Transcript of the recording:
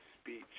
speech